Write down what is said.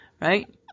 Right